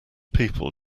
people